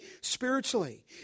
spiritually